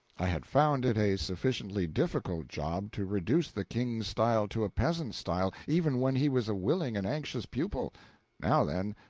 i had found it a sufficiently difficult job to reduce the king's style to a peasant's style, even when he was a willing and anxious pupil now then,